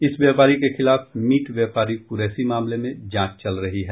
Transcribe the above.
इस व्यापारी के खिलाफ मीट व्यापारी कुरैशी मामले में जांच चल रही है